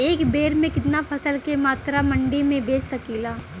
एक बेर में कितना फसल के मात्रा मंडी में बेच सकीला?